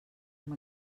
amb